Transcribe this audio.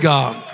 God